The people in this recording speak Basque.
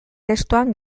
testuan